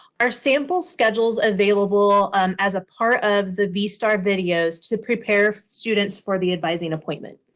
are sample schedules available um as a part of the vstar videos to prepare students for the advising appointment?